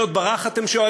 מי עוד ברח, אתם שואלים?